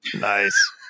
Nice